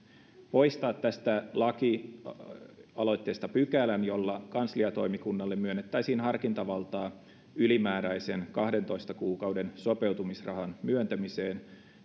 poistaa tästä lakialoitteesta pykälän jolla kansliatoimikunnalle myönnettäisiin harkintavaltaa ylimääräisen kahdentoista kuukauden sopeutumisrahan myöntämiseen